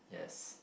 yes